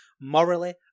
morally